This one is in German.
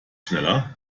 schneller